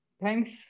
thanks